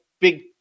big